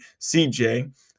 CJ